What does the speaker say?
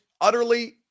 utterly